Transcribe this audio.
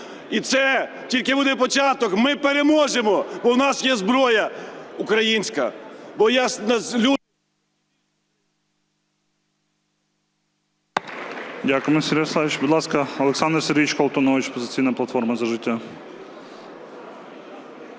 І це тільки буде початок. Ми переможемо, бо в нас є зброя українська,